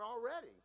already